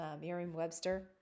Merriam-Webster